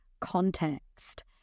context